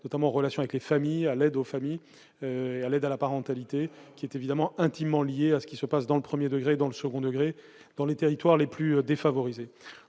notamment, relations avec les familles, à l'aide aux familles à l'aide à la parentalité qui est évidemment intimement lié à ce qui se passe dans le 1er degré dans le second degré dans les territoires les plus défavorisés,